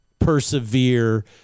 persevere